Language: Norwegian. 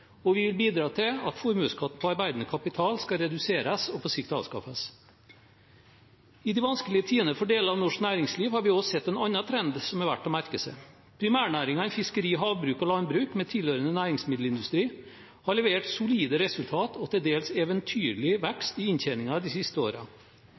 og vi vil bidra til at formuesskatten på arbeidende kapital skal reduseres og på sikt avskaffes. I de vanskelige tidene for deler av norsk næringsliv har vi også sett en annen trend som er verdt å merke seg: Primærnæringene fiskeri, havbruk og landbruk, med tilhørende næringsmiddelindustri, har levert solide resultater og til dels eventyrlig